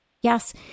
Yes